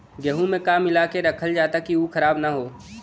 गेहूँ में का मिलाके रखल जाता कि उ खराब न हो?